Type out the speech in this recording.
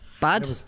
bad